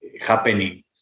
happening